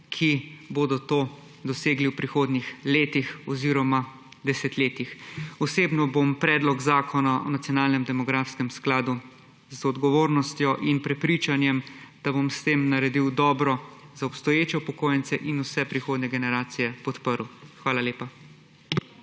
ki bodo to dosegli v prihodnjih letih oziroma desetletjih. Osebno bom Predlog zakona o nacionalnem demografskem skladu z vso odgovornostjo in prepričanjem, da bom s tem naredil dobro za obstoječe upokojence in vse prihodnje generacije, podprl. Hvala lepa.